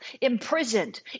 imprisoned